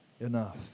enough